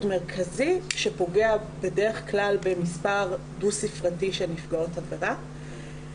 מרכזי שפוגע בדרך כלל במספר דו ספרתי של נפגעות עבירה.